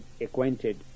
acquainted